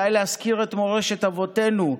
די להזכיר את מורשת אבותינו,